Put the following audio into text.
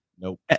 Nope